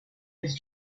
his